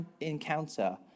encounter